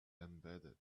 embedded